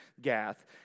Gath